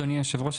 אדוני היושב ראש,